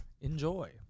Enjoy